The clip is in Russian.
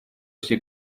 все